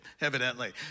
evidently